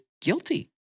guilty